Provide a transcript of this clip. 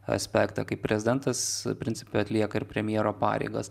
aspektą kai prezidentas principe atlieka ir premjero pareigas